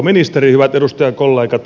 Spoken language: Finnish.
hyvät edustajakollegat